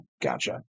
Gotcha